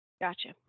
Gotcha